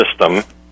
system